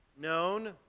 known